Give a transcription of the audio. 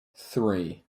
three